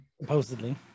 Supposedly